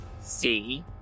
See